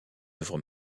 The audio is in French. œuvre